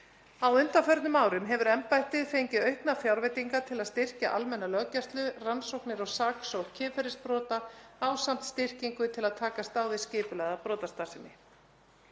Á undanförnum árum hefur embættið fengið auknar fjárveitingar til að styrkja almenna löggæslu, rannsóknir og saksókn kynferðisbrota, ásamt styrkingu til að takast á við skipulagða brotastarfsemi.